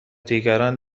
دیگران